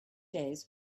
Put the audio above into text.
days